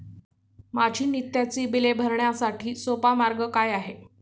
माझी नित्याची बिले भरण्यासाठी सोपा मार्ग काय आहे?